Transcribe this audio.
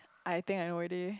I think I know already